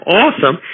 awesome